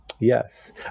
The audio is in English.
Yes